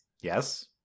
yes